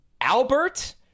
Albert